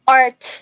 art